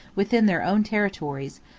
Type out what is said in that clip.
within their own territories,